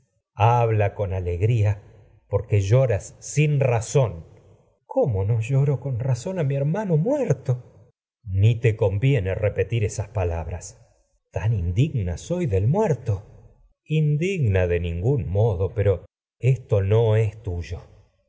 habla con alegría porque lloras sin ra electra cómo no lloro con razón a mi r hermano muerto orestes electra ni te conviene repetir esas palabras tan indigna soy del muerto orestes indigna de ningún modo pero esto no es tuyo